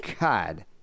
God